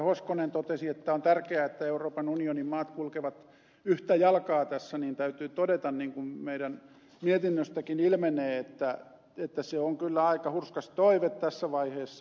hoskonen totesi että on tärkeää että euroopan unionin maat kulkevat yhtä jalkaa tässä niin täytyy todeta niin kuin meidän mietinnöstämmekin ilmenee että se on kyllä aika hurskas toive tässä vaiheessa